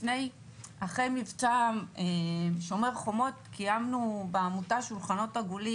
אחרי מבצע שומר החומות קיימנו בעמותה שולחנות עגולים